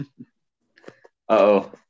Uh-oh